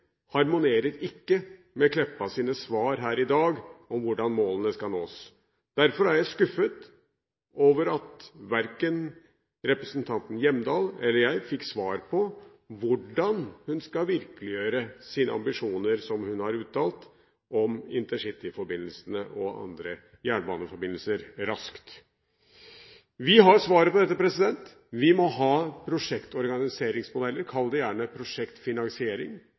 harmonerer ikke med Meltveit Kleppas svar her i dag om hvordan målene skal nås. Derfor er jeg skuffet over at verken representanten Hjemdal eller jeg fikk svar på hvordan hun skal virkeliggjøre sine uttalte ambisjoner om intercityforbindelsene og andre jernbaneforbindelser raskt. Vi har svaret på dette. Vi må ha prosjektorganiseringsmodeller, kall det gjerne prosjektfinansiering.